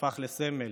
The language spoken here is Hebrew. שהפך לסמל.